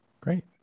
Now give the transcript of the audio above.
Great